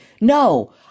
no